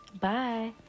Bye